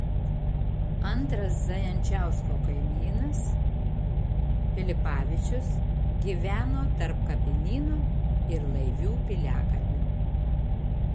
antras zajančkausko kaimynas pilipavičius gyveno tarp kapinyno ir laivių piliakalnio